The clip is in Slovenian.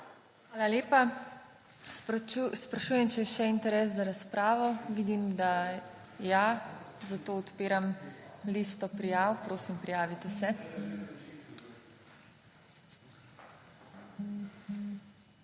Hvala lepa. Sprašujem, če je še interes za razpravo? (Da.) Vidim, da ja, zato odpiram listo prijav. Prosim, prijavite se.